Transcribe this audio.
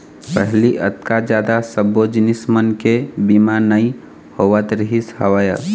पहिली अतका जादा सब्बो जिनिस मन के बीमा नइ होवत रिहिस हवय